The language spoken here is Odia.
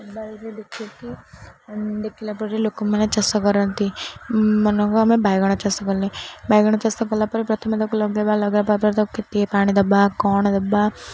ମୋବାଇଲରେ ଦେଖିକି ଦେଖିଲା ପରେ ଲୋକମାନେ ଚାଷ କରନ୍ତି ମନକୁ ଆମେ ବାଇଗଣ ଚାଷ କଲେ ବାଇଗଣ ଚାଷ କଲା ପରେ ପ୍ରଥମେ ତାକୁ ଲଗାଇବା ଲଗାଇବା ପରେ ତାକୁ କେତେ ପାଣି ଦେବା କ'ଣ ଦେବା